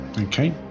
okay